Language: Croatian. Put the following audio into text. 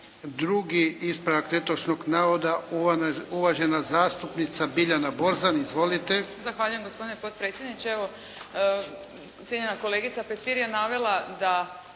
Drugi ispravak netočnog navoda, uvažena zastupnica Biljana Borzan. Izvolite. **Borzan, Biljana (SDP)** Zahvaljujem gospodine potpredsjedniče. Evo cijenjena kolegica Petir je navela da